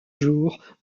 jour